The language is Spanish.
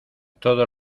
todos